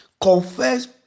confess